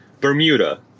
Bermuda